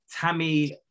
Tammy